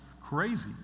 crazy